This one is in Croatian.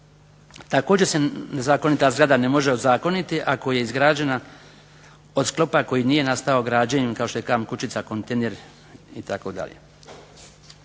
Također se nezakonita zgrada ne može ozakoniti ako je izgrađena od sklopa koji nije nastao građenjem kao što je kamp kućica, kontejner itd.